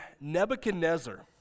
Nebuchadnezzar